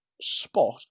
spot